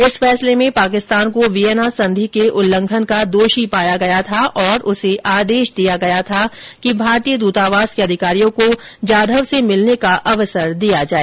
इस फैसले में पांकिस्तान को विएना संधि के उल्लंघन का दोषी पाया गया था और उसे आदेश दिया गया था कि भारतीय दूतावास के अधिकारियों को जाधव से मिलने का अवसर दिया जाए